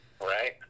Right